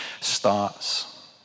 starts